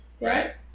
right